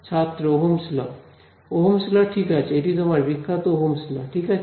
ছাত্র Ohm's law Ohm's law Ohm's law Ohm's law ঠিক আছে এটি তোমার বিখ্যাত ওহমস ল Ohm's law ঠিক আছে